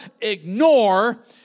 ignore